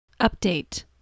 Update